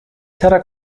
zara